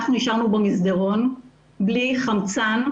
אנחנו נשארנו במסדרון בלי חמצן,